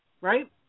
right